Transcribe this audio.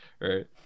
Right